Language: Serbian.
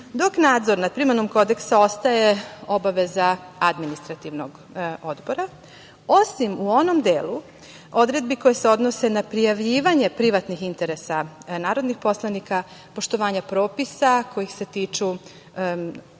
dok nadzor nad primenom kodeksa ostaje obaveza Administrativnog odbora, osim u onom delu odredbi koje se odnose na prijavljivanje privatnih interesa narodnih poslanika, poštovanje propisa koji se tiču